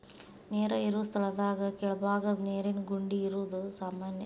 ನೇರ ಇರು ಸ್ಥಳದಾಗ ಕೆಳಬಾಗದ ನೇರಿನ ಗುಂಡಿ ಇರುದು ಸಾಮಾನ್ಯಾ